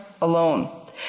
alone